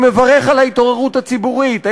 אני מברך על ההתעוררות הציבורית,